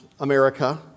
America